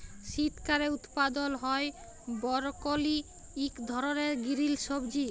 শীতকালে উৎপাদল হ্যয় বরকলি ইক ধরলের গিরিল সবজি